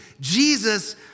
Jesus